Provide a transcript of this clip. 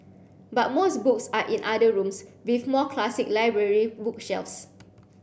but most books are in other rooms with more classic library bookshelves